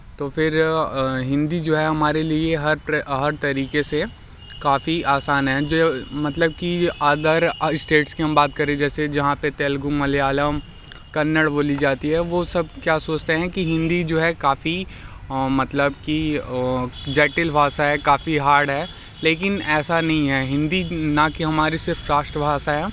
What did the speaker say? तो फ़िर हिंदी जो है हमारे लिए हर हर तरीके से काफ़ी आसान हैं जो मतलब की जो ऑदर इस्टेटस की हम बात करें जैसे जहाँ पे तेलुगु मलयालम कन्नड़ बोली जाती है वो सब क्या सोचते हैं कि हिंदी जो है काफ़ी मतलब की जटिल भाषा है काफ़ी हार्ड है लेकिन ऐसा नहीं है हिंदी ना कि हमारी सिर्फ़ राष्ट्रभाषा है